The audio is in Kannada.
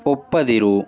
ಒಪ್ಪದಿರು